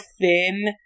thin